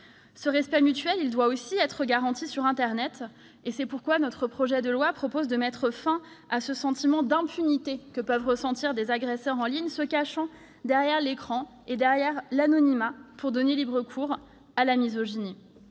Ce respect mutuel doit aussi être garanti sur Internet. C'est pourquoi nous proposons de mettre fin à ce sentiment d'impunité que peuvent ressentir des agresseurs en ligne se cachant derrière l'écran et derrière l'anonymat pour donner libre cours à la misogynie.